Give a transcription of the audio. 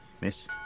Miss